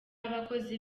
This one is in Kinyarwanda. abakozi